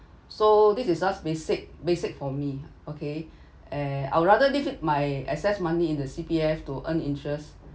so this is just basic basic for me okay and I would rather leave it my excess money in the C_P_F to earn interest